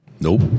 Nope